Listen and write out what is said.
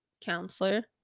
counselor